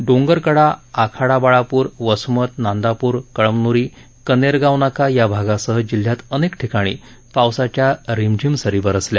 डोंगरकडा आखाडा बाळापूर वसमत नांदापूर कळमनुरी कनेरगाव नाका या भागासह जिल्ह्यात अनेक ठिकाणी पावसाच्या रिमझिम सरी बरसल्या